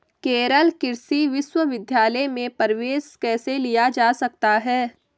केरल कृषि विश्वविद्यालय में प्रवेश कैसे लिया जा सकता है?